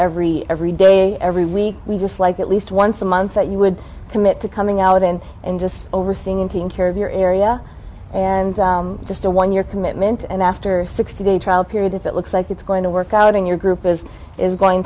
every every day every week we'd just like at least once a month that you would commit to coming out and just overseeing a team care of your area and just a one year commitment and after sixty day trial period if it looks like it's going to work out in your group as it's going